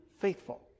faithful